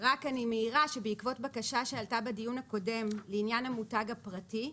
רק אני מעירה שבעקבות בקשה שעלתה בדיון הקודם לעניין המותג הפרטי,